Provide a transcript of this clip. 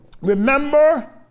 remember